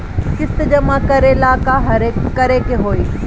किस्त जमा करे ला का करे के होई?